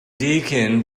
deacon